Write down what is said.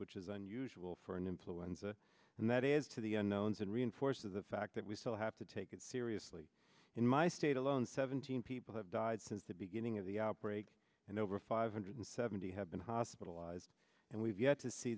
which is unusual for an influenza and that adds to the unknowns and reinforces the fact that we still have to take it seriously in my state alone seventeen people have died since the beginning of the outbreak and over five hundred seventy have been hospitalized and we've yet to see